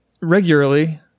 regularly